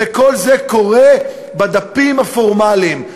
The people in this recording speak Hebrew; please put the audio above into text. וכל זה קורה בדפים הפורמליים?